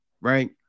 right